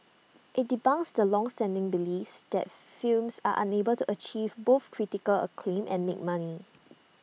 IT debunks the longstanding beliefs that films are unable to achieve both critical acclaim and make money